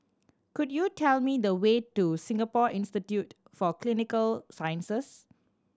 could you tell me the way to Singapore Institute for Clinical Sciences